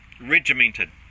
regimented